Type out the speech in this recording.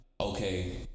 okay